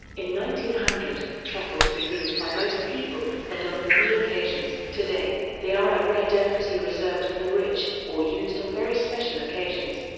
nine hundred, truffles were used by most people, and on many occasions. today, they are a rare delicacy reserved for the rich, or used and very special occasions.